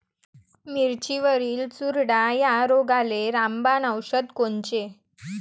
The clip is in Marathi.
मिरचीवरील चुरडा या रोगाले रामबाण औषध कोनचे?